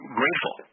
grateful